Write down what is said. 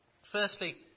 Firstly